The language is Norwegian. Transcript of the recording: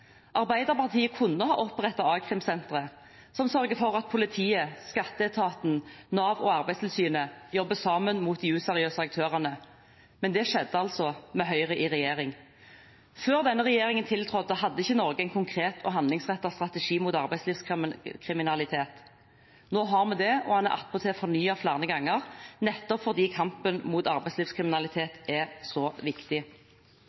Arbeiderpartiet kunne opprettet a-krimsentre, som sørger for at politiet, skatteetaten, Nav og Arbeidstilsynet jobber sammen mot de useriøse aktørene, men det skjedde altså med Høyre i regjering. Før denne regjeringen tiltrådte, hadde ikke Norge en konkret og handlingsrettet strategi mot arbeidslivskriminalitet. Nå har vi det, og den er attpåtil fornyet flere ganger, nettopp fordi kampen mot arbeidslivskriminalitet er så viktig.